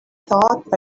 thought